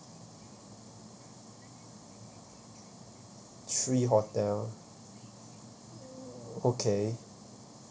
three hotel okay